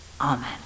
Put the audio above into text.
Amen